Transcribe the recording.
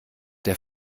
der